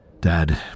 Dad